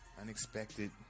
unexpected